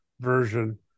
version